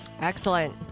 Excellent